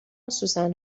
سوسن